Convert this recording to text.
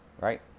right